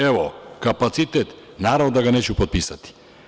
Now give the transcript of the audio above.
Evo, kapacitet, naravno da ga neću potpisati.